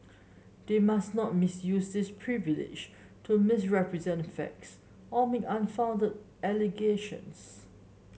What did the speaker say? they must not misuse this privilege to misrepresent facts or make unfounded allegations